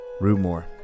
Rumor